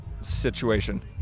situation